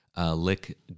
Lick